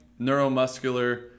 neuromuscular